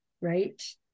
right